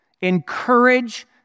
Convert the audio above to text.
encourage